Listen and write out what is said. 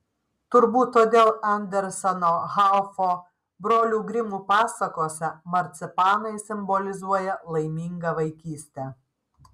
turbūt todėl anderseno haufo brolių grimų pasakose marcipanai simbolizuoja laimingą vaikystę